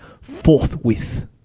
forthwith